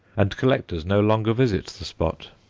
and collectors no longer visit the spot.